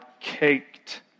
caked